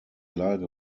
lage